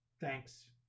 Thanks